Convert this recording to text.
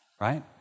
right